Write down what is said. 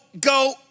go